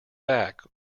back